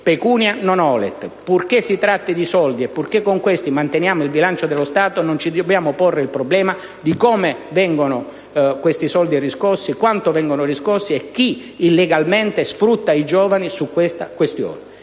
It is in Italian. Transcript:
«*pecunia non olet*»: purché si tratti di soldi e purché con questi manteniamo il bilancio dello Stato, non ci dobbiamo porre il problema di come questi soldi vengono riscossi, a quanto ammontano e chi illegalmente sfrutta i giovani con questi metodi.